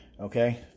Okay